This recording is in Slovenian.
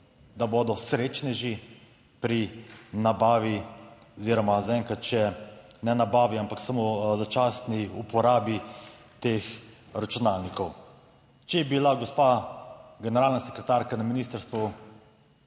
Da bodo srečneži pri nabavi oziroma zaenkrat še ne nabavi, ampak samo začasni uporabi teh računalnikov. Če je bila gospa generalna sekretarka na ministrstvu